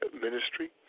ministry